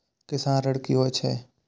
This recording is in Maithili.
किसान ऋण की होय छल?